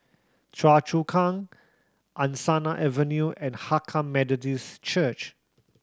Choa Chu Kang Angsana Avenue and Hakka Methodist Church